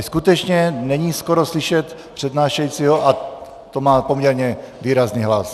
Skutečně není skoro slyšet přednášejícího, a to má poměrně výrazný hlas.